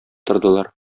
тордылар